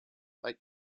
like